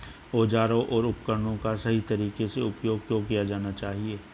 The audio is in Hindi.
औजारों और उपकरणों का सही तरीके से उपयोग क्यों किया जाना चाहिए?